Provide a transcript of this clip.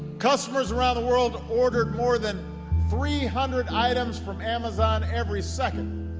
customers around the world ordered more than three hundred items from amazon every second.